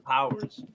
Powers